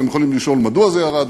אתם יכולים לשאול מדוע זה ירד,